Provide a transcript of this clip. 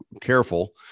careful